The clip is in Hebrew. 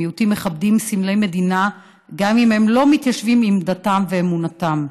מיעוטים מכבדים סמלי מדינה גם אם הם לא מתיישבים עם דתם ואמונתם.